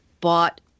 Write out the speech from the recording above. bought